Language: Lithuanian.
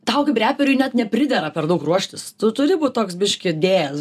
tau kaip reperiui net nepridera per daug ruoštis tu turi būt toks biškį dėjęs